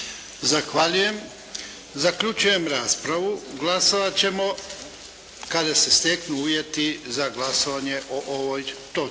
Zaključujem raspravu. Glasovati ćemo kada se steknu uvjeti za glasovanje o ovoj točci.